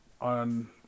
on